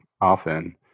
often